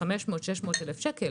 600,000 שקל